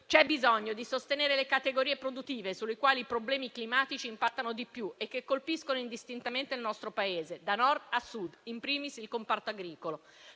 C'è bisogno di sostenere le categorie produttive, sulle quali i problemi climatici impattano di più, e che colpiscono indistintamente il nostro Paese, da Nord a Sud, *in primis* il comparto agricolo.